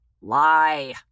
lie